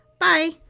Bye